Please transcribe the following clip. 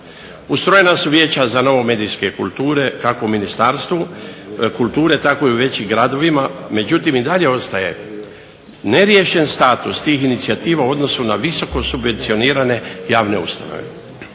Ustrojena su vijeća za novo medijske kulture, kako u Ministarstvu kulture tako i u većim gradovima, međutim, dalje ostaje neriješen status tih inicijativa u odnosu na visoko subvencionirane javne ustanove.